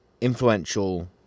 influential